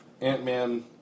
Ant-Man